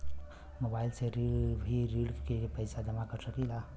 Mobile से भी ऋण के पैसा जमा कर सकी ला?